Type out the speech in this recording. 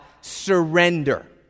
surrender